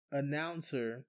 announcer